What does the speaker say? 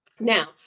now